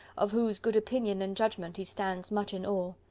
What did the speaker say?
of whose good opinion and judgement he stands much in awe.